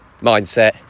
mindset